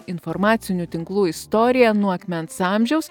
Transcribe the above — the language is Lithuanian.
informacinių tinklų istorija nuo akmens amžiaus